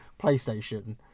PlayStation